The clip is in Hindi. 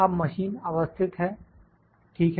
अब मशीन अवस्थित है ठीक है